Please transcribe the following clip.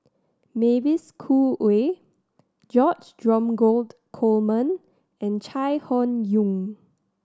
Mavis Khoo Oei George Dromgold Coleman and Chai Hon Yoong